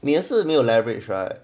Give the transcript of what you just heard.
你是没有 leverage right